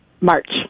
March